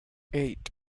eight